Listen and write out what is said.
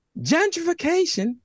Gentrification